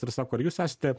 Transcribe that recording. ir sako ar jūs esate